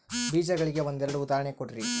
ಬೇಜಗಳಿಗೆ ಒಂದೆರಡು ಉದಾಹರಣೆ ಕೊಡ್ರಿ?